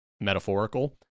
Metaphorical